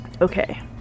Okay